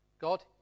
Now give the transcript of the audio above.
God